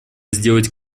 сделать